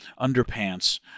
underpants